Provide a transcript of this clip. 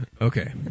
Okay